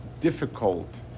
difficult